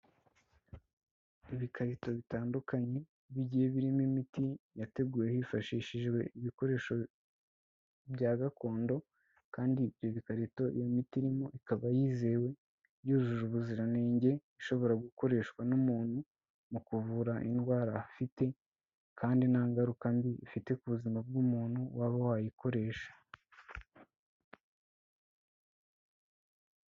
Ibikarito bitandukanye bigiye birimo imiti yateguwe hifashishijwe ibikoresho bya gakondo, kandi ibi bikarito iyo miti irimo ikaba yizewe yujuje ubuziranenge, ishobora gukoreshwa n'umuntu mu kuvura indwara afite, kandi nta ngaruka mbi ifite ku buzima bw'umuntu waba wayikoresha.